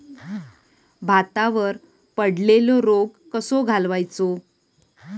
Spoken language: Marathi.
भातावर पडलेलो रोग कसो घालवायचो?